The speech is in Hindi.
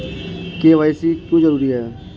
के.वाई.सी क्यों जरूरी है?